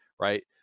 right